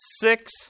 six